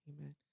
Amen